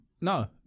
No